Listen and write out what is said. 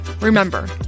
Remember